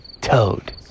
Toad